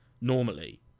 normally